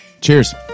Cheers